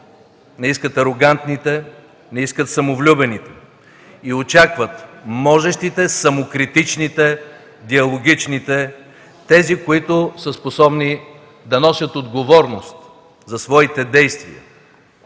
не искат арогантните, не искат самовлюбените и очакват можещите, самокритичните, диалогичните – тези, които са способни да носят отговорност за своите действия